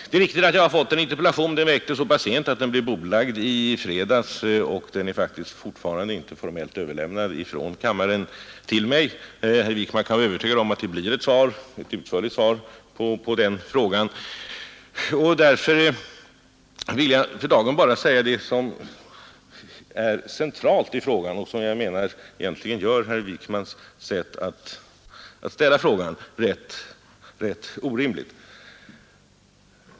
Det är riktigt att jag har fått en interpellation också av herr Wijkman, men den framställdes så sent att den blev bordlagd i fredags; den är faktiskt ännu inte formellt överlämnad från kammaren till mig. Herr Wijkman kan dock vara övertygad om att det blir ett svar — och ett utförligt svar — på den interpellationen. Därför vill jag för dagen bara säga det som är centralt i regeringens ställningstagande och som jag menar gör herr Wijkmans sätt att ställa frågan rätt orimligt.